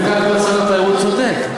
אם כך, שר התיירות צודק.